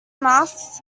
masks